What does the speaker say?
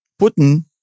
Putin